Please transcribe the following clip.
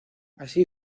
así